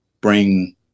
bring